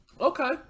okay